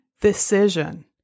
decision